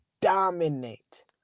dominate